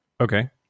Okay